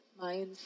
mind